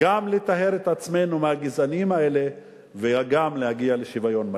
גם לטהר את עצמנו מהגזענים האלה וגם להגיע לשוויון מלא.